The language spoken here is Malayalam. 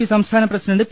പി സംസ്ഥാന പ്രസിഡന്റ് പി